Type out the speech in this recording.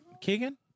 Keegan